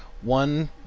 one